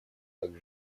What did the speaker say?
также